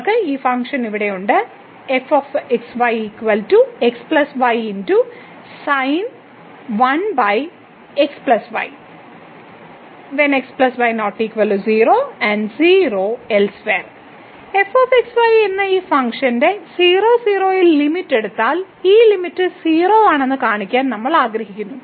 നമ്മൾക്ക് ഈ ഫംഗ്ഷൻ ഇവിടെയുണ്ട് f x y എന്ന ഈ ഫംഗ്ഷന്റെ 00 ൽ ലിമിറ്റ് എടുത്താൽ ഈ ലിമിറ്റ് 0 ആണെന്ന് കാണിക്കാൻ നമ്മൾ ആഗ്രഹിക്കുന്നു